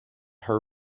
her